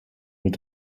mit